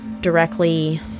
directly